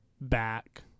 back